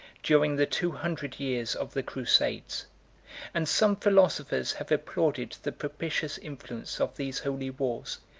during the two hundred years of the crusades and some philosophers have applauded the propitious influence of these holy wars,